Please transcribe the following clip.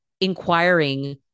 inquiring